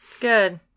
Good